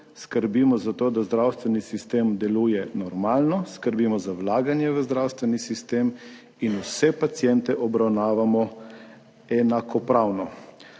skrbimo za to, da zdravstveni sistem deluje normalno, skrbimo za vlaganje v zdravstveni sistem in vse paciente obravnavamo enakopravno.